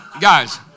guys